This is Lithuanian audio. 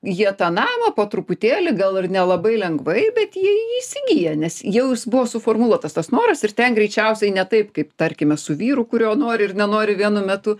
jie tą namą po truputėlį gal ir nelabai lengvai bet jie jį įsigyja nes jau jis buvo suformuluotas tas noras ir ten greičiausiai ne taip kaip tarkime su vyru kurio nori ir nenori vienu metu